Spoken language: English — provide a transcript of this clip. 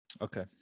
Okay